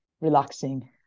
relaxing